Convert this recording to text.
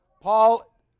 Paul